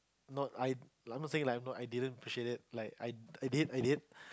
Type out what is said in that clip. not I'm not saying like I'm not I didn't appreciate it like I did I did